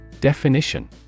Definition